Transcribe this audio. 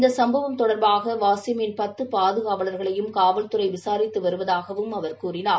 இந்த சுப்பவத்தின் போது வாசிமின் பத்து பாதுகாவலர்களையும் காவல் துறை விசாரித்து வருவதாகவும் அவர் கூறினார்